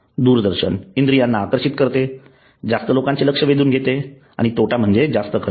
दूरदर्शन इंद्रियांना आकर्षित करते जास्त लोकांचे लक्ष वेधून घेते आणि तोटा म्हणजे जास्त खर्च